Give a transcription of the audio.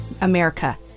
America